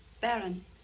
Baron